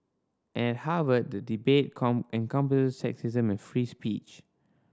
and Harvard the debate encompasses sexism and free speech